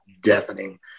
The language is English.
deafening